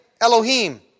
Elohim